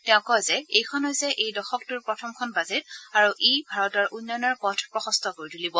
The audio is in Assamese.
তেওঁ কয় যে এইখন হৈছে এই দশকটোৰ প্ৰথমখন বাজেট আৰু ই ভাৰতৰ উন্নয়নৰ পথ প্ৰশস্ত কৰি তুলিব